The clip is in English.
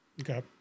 Okay